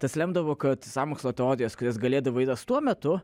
tas lemdavo kad sąmokslo teorijos kurias galėdavai rast tuo metu